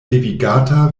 devigata